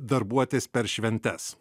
darbuotis per šventes